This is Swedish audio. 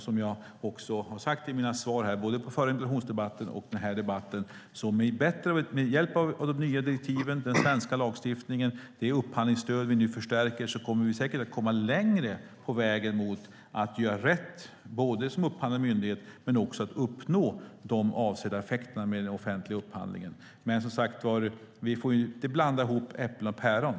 Som jag har sagt i mina svar både i den förra interpellationsdebatten och i den här debatten kommer vi säkert, med hjälp av de nya direktiven, den svenska lagstiftningen och det upphandlingsstöd vi nu förstärker, att komma längre på vägen mot att göra rätt som upphandlande myndighet och uppnå de avsedda effekterna av den offentliga upphandlingen. Men vi får som sagt inte blanda ihop äpplen och päron.